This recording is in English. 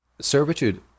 Servitude